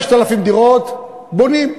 5,000 דירות בונים.